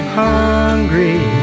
hungry